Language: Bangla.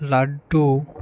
লাড্ডু